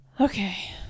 Okay